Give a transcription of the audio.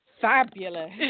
fabulous